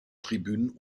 tribünen